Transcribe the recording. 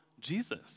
Jesus